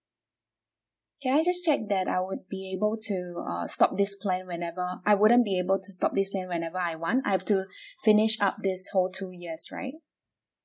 can I just check that I would be able to uh stop this plan whenever I wouldn't be able to stop this plan whenever I want I have to finish up this whole two years right